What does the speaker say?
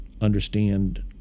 understand